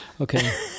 Okay